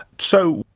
so,